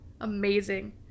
Amazing